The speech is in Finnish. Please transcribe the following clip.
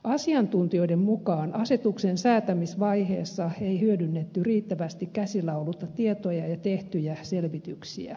asiantuntijoiden mukaan asetuksen säätämisvaiheessa ei hyödynnetty riittävästi käsillä ollutta tietoa ja jo tehtyjä selvityksiä